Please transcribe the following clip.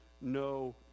no